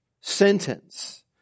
sentence